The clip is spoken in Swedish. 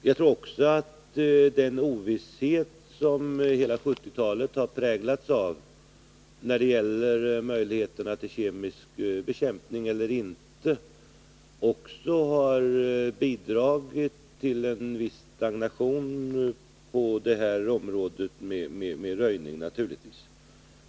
Jag tror att också den ovisshet som hela 1970-talet har präglats av när det gäller möjligheterna till kemisk bekämpning har bidragit till en viss stagnation i fråga om röjningen.